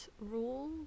rule